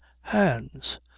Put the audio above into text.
hands